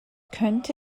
könnte